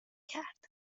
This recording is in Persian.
کرد